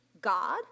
god